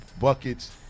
buckets